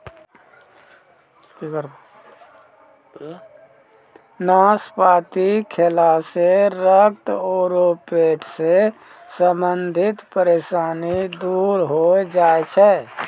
नाशपाती खैला सॅ रक्त आरो पेट सॅ संबंधित परेशानी दूर होय जाय छै